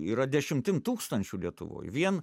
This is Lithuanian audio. yra dešimtim tūkstančių lietuvoj vien